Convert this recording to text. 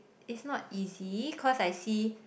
it's not easy cause I see